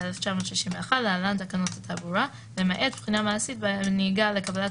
התשכ״א־1961 (להלן - תקנות התעבורה) למעט בחינה מעשית בנהיגה לקבלת